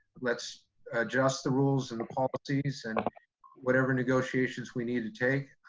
let's adjust the rules and the policies and whatever negotiations we need to take.